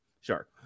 Sure